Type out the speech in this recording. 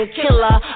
killer